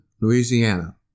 Louisiana